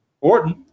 Orton